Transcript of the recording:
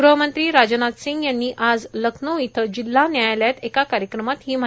गृहमंत्री राजनाथ सिंह यांनी आज लखनौ इथं जिल्हा न्यायालयात एका कार्यक्रमात ही माहिती दिली